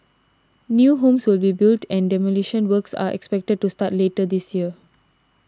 new homes will be built and demolition works are expected to start later this year